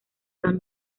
san